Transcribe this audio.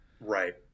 Right